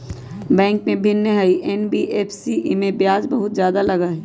Bank से भिन्न हई एन.बी.एफ.सी इमे ब्याज बहुत ज्यादा लगहई?